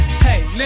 Hey